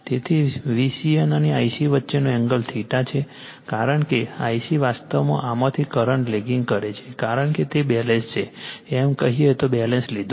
તેથી VCN અને Ic વચ્ચેનો એંગલ છે કારણ કે Ic વાસ્તવમાં આમાંથી કરંટ લેગિંગ છે કારણ કે તે બેલેન્સ છે એમ કહીએ તો બેલેન્સ લીધું છે